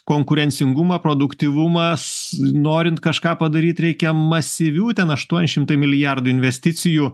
konkurencingumą produktyvumas norint kažką padaryt reikia masyvių ten aštuoni šimtai milijardų investicijų